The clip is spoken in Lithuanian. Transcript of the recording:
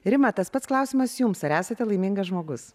rima tas pats klausimas jums ar esate laimingas žmogus